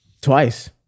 Twice